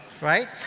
Right